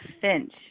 Finch